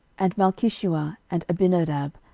and malchishua, and abinadab,